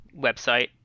website